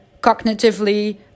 cognitively